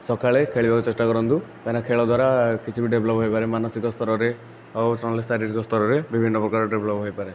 ସକାଳେ ଖେଳିବାକୁ ଚେଷ୍ଟା କରନ୍ତୁ କାଇଁନା ଖେଳ ଦ୍ୱାରା କିଛି ଡେଭେଲପ ହୋଇପାରେ ମାନସିକ ସ୍ତରରେ ଆଉ ଶାରୀରିକ ସ୍ତରରେ ବିଭିନ୍ନ ପ୍ରକାର ଡେଭେଲପ ହୋଇପାରେ